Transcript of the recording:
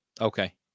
Okay